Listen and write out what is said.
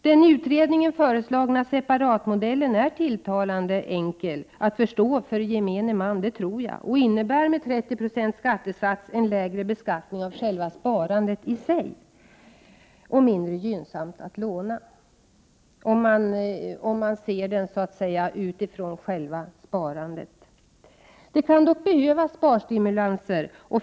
Den i utredningen föreslagna separatmodellen är tilltalande enkel att förstå för gemene man, och den innebär med 30 22 skattesats en lägre beskattning av själva sparandet i sig och att det blir mindre gynnsamt att låna, med utgångspunkt i sparandet. Det kan dock behövas sparstimulanser.